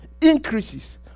increases